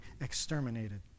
exterminated